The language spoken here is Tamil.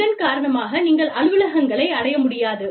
இதன் காரணமாக நீங்கள் அலுவலகங்களை அடைய முடியாது